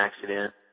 accident